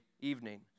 evening